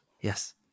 Yes